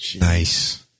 Nice